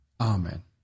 Amen